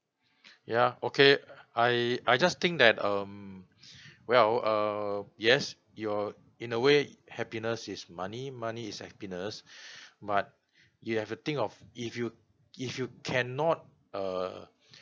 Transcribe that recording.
ya okay I I just think that um well uh yes you're in a way happiness is money money is happiness but you have to think of if you if you cannot err